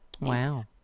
Wow